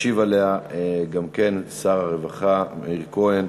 מס' 1044. ישיב גם עליה שר הרווחה מאיר כהן.